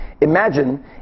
Imagine